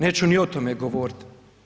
Neću ni o tome govoriti.